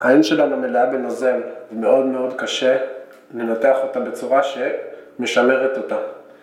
העין שלנו מלאה בנוזל ומאוד מאוד קשה לנתח אותה בצורה שמשמרת אותה